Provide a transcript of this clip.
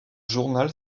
journal